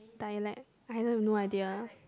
dialect I have no idea